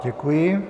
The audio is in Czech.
Děkuji.